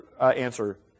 answer